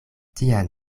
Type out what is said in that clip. tian